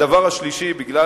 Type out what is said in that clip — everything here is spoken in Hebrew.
3. בגלל